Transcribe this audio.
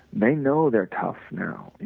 they know they are tough now, you